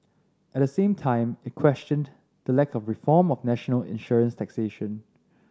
at the same time it questioned the lack of reform of national insurance taxation